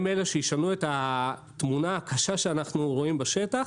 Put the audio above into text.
אלה שישנו את התמונה הקשה שאנחנו רואים בשטח